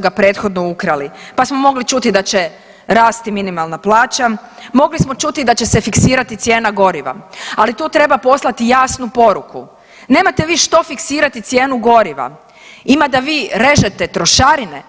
ga prethodno ukrali, pa smo mogli čuti da će rasti minimalna plaća, mogli smo čuti da će se fiksirati cijena goriva, ali tu treba poslati jasnu poruku, nemate vi što fiksirati cijenu goriva, ima da vi režete trošarine,